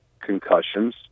concussions